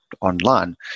online